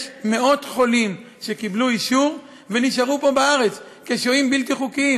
יש מאות חולים שקיבלו אישור ונשארו פה בארץ כשוהים בלתי חוקיים,